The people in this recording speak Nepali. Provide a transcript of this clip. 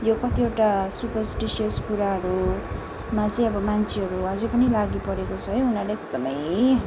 यो कतिवटा सुपर्सटिस्यस कुराहरूमा चाहिँ अब मान्छेहरू अझै पनि लागिपरेको छ है उनीहरू एकदमै